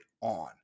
on